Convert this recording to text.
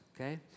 okay